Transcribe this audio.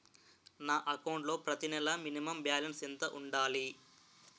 నా అకౌంట్ లో ప్రతి నెల మినిమం బాలన్స్ ఎంత ఉండాలి?